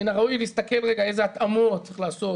מן הראוי להסתכל על איזה התאמות צריך לעשות